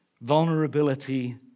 Vulnerability